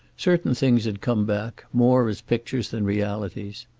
certain things had come back, more as pictures than realities.